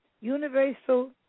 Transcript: Universal